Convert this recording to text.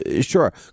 Sure